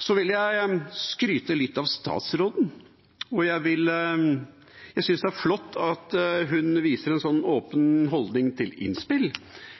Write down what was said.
Så vil jeg skryte litt av statsråden. Jeg synes det er flott at hun viser en slik åpen holdning til innspill.